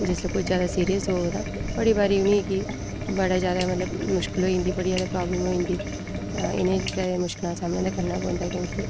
जिसलै कोई जैदा सीरियस होग तां बड़ी बारी उ'नें गी बड़ा जैदा मतलब मुश्कल होई जंदी बड़ी जैदा प्राब्लम होई जंदी ते इ'नें मुश्कलें दा सामना करना गै पौंदा ऐ क्योंकि